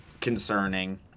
concerning